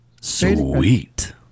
Sweet